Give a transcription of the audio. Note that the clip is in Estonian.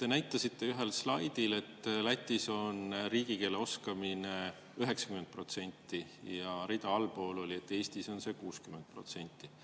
Te näitasite ühel slaidil, et Lätis on riigikeele oskamine 90%, ja rida allpool oli, et Eestis on see 60%.